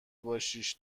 باشیش